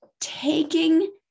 taking